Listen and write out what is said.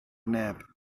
neb